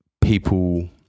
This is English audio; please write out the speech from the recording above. people